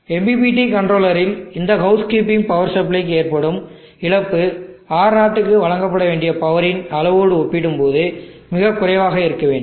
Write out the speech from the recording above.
MPPT கன்ட்ரோலரில் இந்த house keeping power சப்ளைக்கு ஏற்படும் இழப்பு R0 க்கு வழங்கப்பட வேண்டிய பவரின் அளவோடு ஒப்பிடும்போது மிகக் குறைவாக இருக்க வேண்டும்